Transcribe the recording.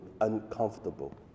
uncomfortable